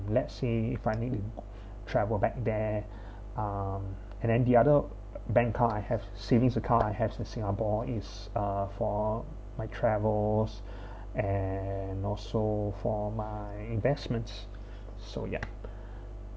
let's say if I need to travel back there um and then the other bank account I have savings account I have for singapore is uh for my travels and also for my investments so yup